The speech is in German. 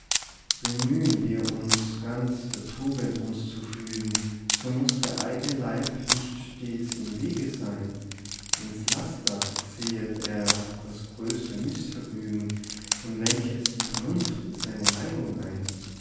bemühen wir uns ganz der tugend uns zu fügen so muß der eigne leib nicht stets im wege sein ins laster säet er das größte missvergnügen und lenket die vernunft in seine neigung ein